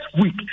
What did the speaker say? week